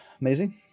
amazing